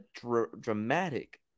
dramatic